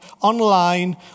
online